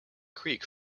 creek